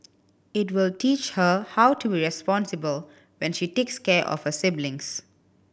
it will teach her how to be responsible when she takes care of siblings